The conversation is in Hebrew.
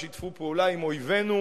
ושיתפו פעולה עם אויבינו,